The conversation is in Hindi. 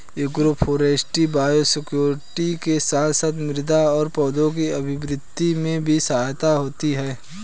एग्रोफोरेस्ट्री बायोडायवर्सिटी के साथ साथ मृदा और पौधों के अभिवृद्धि में भी सहायक होती है